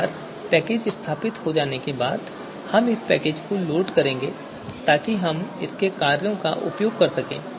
एक बार यह हो जाने के बाद हम इस पैकेज को लोड करेंगे ताकि हम इसके कार्यों का उपयोग कर सकें